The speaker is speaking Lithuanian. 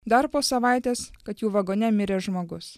dar po savaitės kad jų vagone mirė žmogus